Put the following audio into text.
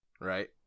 right